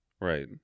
Right